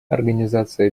организация